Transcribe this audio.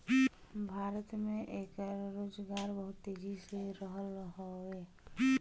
भारत में एकर रोजगार बहुत तेजी हो रहल हउवे